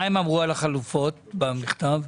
מה הם אמרו על החלופות במכתב?